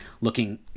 looking